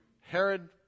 Herod